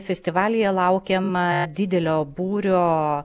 festivalyje laukiama didelio būrio